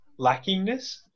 lackingness